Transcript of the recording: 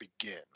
begin